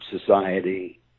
Society